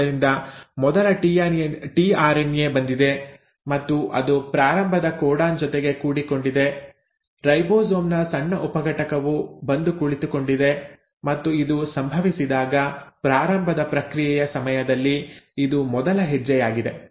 ಆದ್ದರಿಂದ ಮೊದಲ ಟಿಆರ್ಎನ್ಎ ಬಂದಿದೆ ಮತ್ತು ಅದು ಪ್ರಾರಂಭದ ಕೋಡಾನ್ ಜೊತೆಗೆ ಕೂಡಿಕೊಂಡಿದೆ ರೈಬೋಸೋಮ್ ನ ಸಣ್ಣ ಉಪಘಟಕವು ಬಂದು ಕುಳಿತುಕೊಂಡಿದೆ ಮತ್ತು ಇದು ಸಂಭವಿಸಿದಾಗ ಪ್ರಾರಂಭದ ಪ್ರಕ್ರಿಯೆಯ ಸಮಯದಲ್ಲಿ ಇದು ಮೊದಲ ಹೆಜ್ಜೆಯಾಗಿದೆ